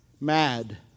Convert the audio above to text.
mad